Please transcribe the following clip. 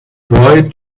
boy